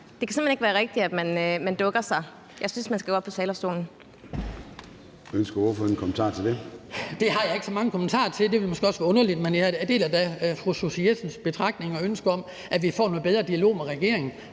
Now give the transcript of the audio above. Det kan simpelt hen ikke være rigtigt, at man dukker sig. Jeg synes, man skal gå op på talerstolen.